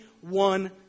one